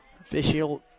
official